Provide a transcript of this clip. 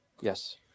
yes